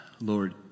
Lord